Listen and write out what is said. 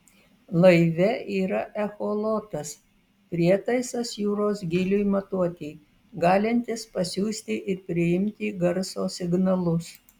laive yra echolotas prietaisas jūros gyliui matuoti galintis pasiųsti ir priimti garso signalus